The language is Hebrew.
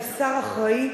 כשר אחראי,